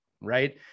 right